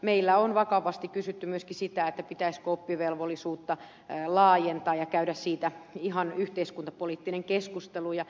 meillä on vakavasti kysytty myöskin sitä pitäisikö oppivelvollisuutta laajentaa ja käydä siitä ihan yhteiskuntapoliittinen keskustelu